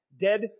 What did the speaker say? Dead